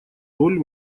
роль